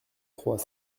trois